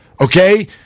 Okay